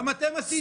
-- גם אתם עשיתם.